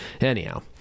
anyhow